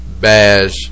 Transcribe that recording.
Bash